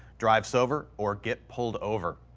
drive sober or get pulled over.